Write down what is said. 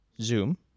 Zoom